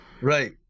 Right